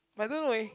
by the way